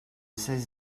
ces